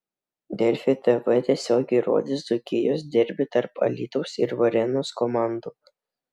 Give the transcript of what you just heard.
delfi tv tiesiogiai rodys dzūkijos derbį tarp alytaus ir varėnos komandų